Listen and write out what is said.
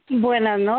Buenas